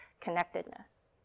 connectedness